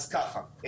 אז ככה,